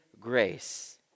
grace